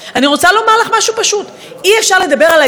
אני רוצה לומר לך משהו פשוט: אי-אפשר לדבר על האיזון